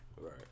Right